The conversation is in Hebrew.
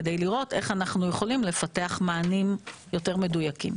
כדי לראות איך אנחנו יכולים לפתח מענים יותר מדויקים.